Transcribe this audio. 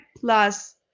plus